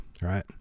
right